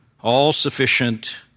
all-sufficient